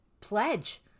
pledge